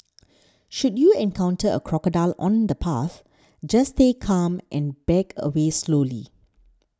should you encounter a crocodile on the path just stay calm and back away slowly